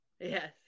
Yes